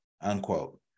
Unquote